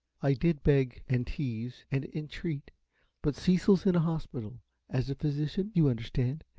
i did beg, and tease, and entreat but cecil's in a hospital as a physician, you understand,